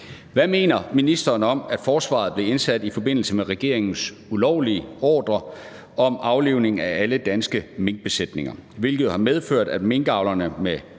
Hvad mener ministeren om at forsvaret blev indsat i forbindelse med regeringens ulovlige ordre om aflivning af alle danske minkbesætninger, hvilket har medført, at minkavlere med